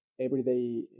everyday